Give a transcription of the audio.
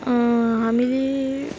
हामीले